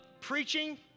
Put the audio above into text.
preaching